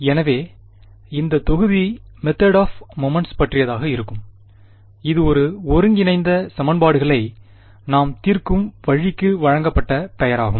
எனவே இந்த தொகுதி மெதேட் ஆப் மொமெண்ட்ஸ் பற்றியதாக இருக்கும் இது ஒரு ஒருங்கிணைந்த சமன்பாடுகளை நாம் தீர்க்கும் வழிக்கு வழங்கப்பட்ட பெயராகும்